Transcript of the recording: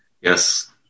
yes